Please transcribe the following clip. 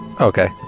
Okay